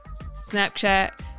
snapchat